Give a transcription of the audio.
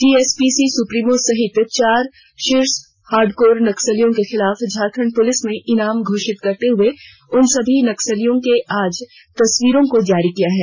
TSPC supremo सहित चार शीर्षस्थ हार्डकोर नक्सलियों के खिलाफ झारखण्ड पुलिस ने ईनाम घोषित करते हुए उन सभी नक्सलियों के आज तस्वीरों को जारी किया है